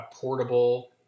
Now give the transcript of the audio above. portable